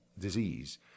disease